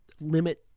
limit